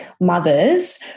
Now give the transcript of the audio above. mothers